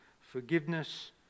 forgiveness